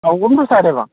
অঁ কোনটো চাইডে বাৰু